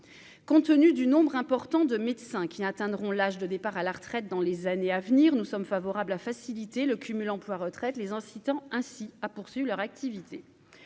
compte tenu du nombre important de médecins qui atteindront l'âge de départ à la retraite dans les années à venir, nous sommes favorables à faciliter le cumul emploi-retraite, les incitant ainsi à poursuivre leur activité,